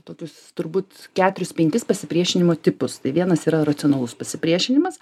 tokius turbūt keturis penkis pasipriešinimo tipus tai vienas yra racionalus pasipriešinimas